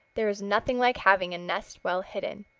there is nothing like having a nest well hidden.